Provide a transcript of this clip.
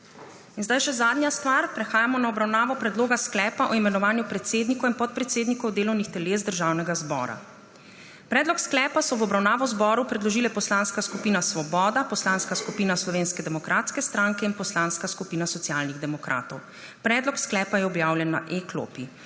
In zdaj še zadnja stvar. Prehajamo na obravnavo Predloga sklepa o imenovanju predsednikov in podpredsednikov delovnih teles Državnega zbora. Predlog sklepa so v obravnavo zboru predložile Poslanska skupina Svoboda, Poslanska skupina Slovenske demokratske stranke in Poslanska skupina Socialnih demokratov. Predlog sklepa je objavljen na e-klopi.